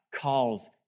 calls